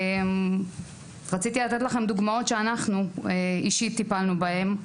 זה רציתי לתת לכם גם דוגמאות שאנחנו אישית טיפלנו בהן.